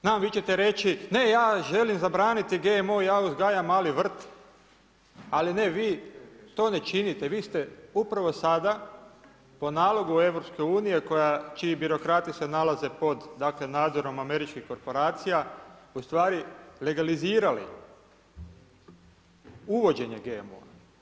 Znam vi ćete reći, ne, ja želim zabraniti GMO, ja uzgajam mali vrt, ali ne, vi to ne činite, vi ste upravno sada, po nalogu EU, čiji birokrati se nalaze pod dakle, nadzorom američkih korporacija, ustvari legalizirali uvođenje GMO.